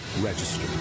Register